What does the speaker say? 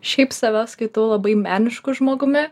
šiaip save skaitau labai menišku žmogumi